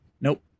Nope